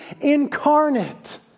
incarnate